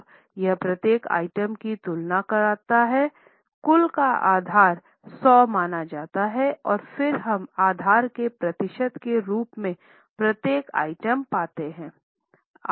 अब यह प्रत्येक आइटम की तुलना करता है कुल का आधार 100 माना जाता है और फिर हम आधार के प्रतिशत के रूप में प्रत्येक आइटम पाते हैं